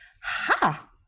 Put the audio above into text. ha